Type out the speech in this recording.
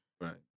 Right